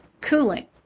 cooling